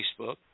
Facebook